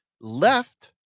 left